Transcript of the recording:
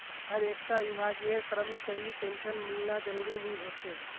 हर एक टा विभागेर करमचरीर पेंशन मिलना ज़रूरी नि होछे